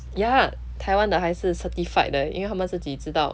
ya taiwan 的还是 certified 的因为他们自己知道